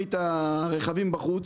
להעמיד את הרכבים בחוץ